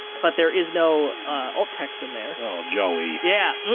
but, there is no alt text in there. oh, jolly. yeah, yeah